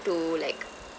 to like